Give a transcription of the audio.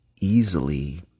easily